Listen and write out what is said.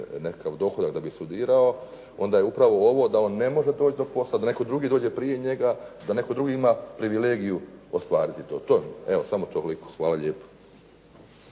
nekakav dohodak da bi studirao ona je upravo ovo da on ne može doći do posla, da netko drugi dođe prije njega, da netko drugi ima privilegiju ostvariti to. Evo samo toliko. Hvala lijepo.